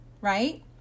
right